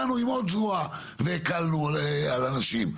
באנו עם עוד זרוע והקלנו על אנשים,